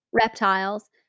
reptiles